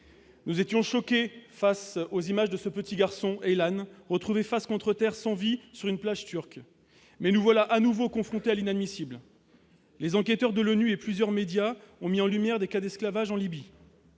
Nous avions été choqués par les images de ce petit garçon, Aylan, retrouvé sans vie, face contre terre, sur une plage turque. Nous voilà à nouveau confrontés à l'inadmissible : les enquêteurs de l'ONU et plusieurs médias ont mis en lumière des cas d'esclavage en Libye.